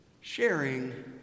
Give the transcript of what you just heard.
sharing